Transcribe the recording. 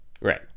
Right